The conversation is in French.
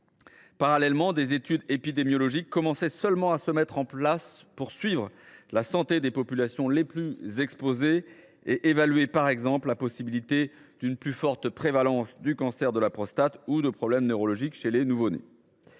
Parallèlement, des études épidémiologiques commençaient seulement à se mettre en place pour suivre la santé des populations les plus exposées et évaluer, par exemple, la possibilité d’une plus forte prévalence du cancer de la prostate, ou de problèmes neurologiques chez les nouveau nés.